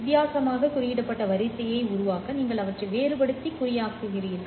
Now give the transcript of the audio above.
வித்தியாசமாக குறியிடப்பட்ட வரிசையை உருவாக்க நீங்கள் அவற்றை வேறுபடுத்தி குறியாக்குகிறீர்கள்